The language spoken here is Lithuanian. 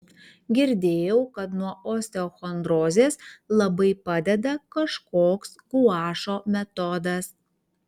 girdėjau kad nuo osteochondrozės labai padeda kažkoks guašo metodas